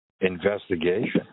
investigation